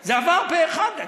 הייתי באופוזיציה, זה עבר פה אחד.